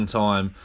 time